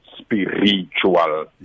spiritual